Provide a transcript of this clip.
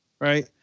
right